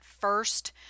first